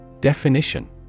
Definition